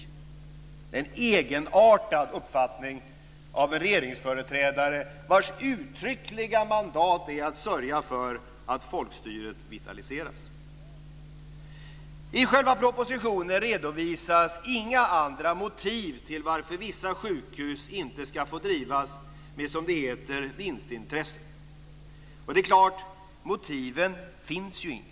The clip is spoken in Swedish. Det är en egenartad uppfattning av en regeringsföreträdare vars uttryckliga mandat är att sörja för att folkstyret vitaliseras. I själva propositionen redovisas inga andra motiv till varför vissa sjukhus inte ska få drivas med, som det heter, vinstintresse. Det är självklart, eftersom det inte finns några motiv.